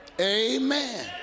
Amen